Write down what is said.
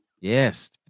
Yes